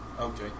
Okay